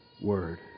Word